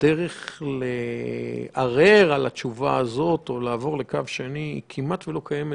הדרך לערער על התשובה הזאת או לעבור לקו השני כמעט ולא קיימת.